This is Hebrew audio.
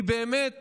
היא באמת